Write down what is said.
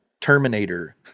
Terminator